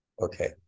okay